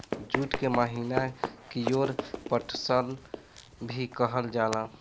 जुट के हमनी कियोर पटसन भी कहल जाला